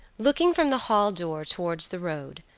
looking from the hall door towards the road,